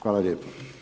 Hvala lijepo.